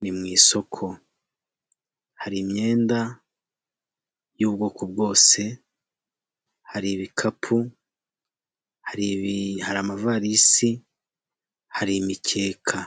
Ni mu isoko: hari imyenda y'ubwoko bwose, hari ibikapu, hari amavarisi ,hari imikeka.